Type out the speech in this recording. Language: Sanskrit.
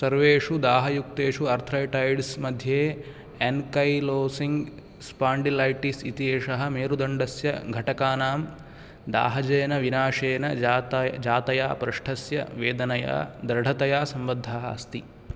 सर्वेषु दाहयुक्तेषु अर्थ्रैटैड्स् मध्ये एन्कैलोसिंग् स्पान्डिलैटिस् इति एषः मेरुदण्डस्य घटकानां दाहजयनविनाशेन जात जातया पृष्ठस्य वेदनया दृढतया सम्बद्धः अस्ति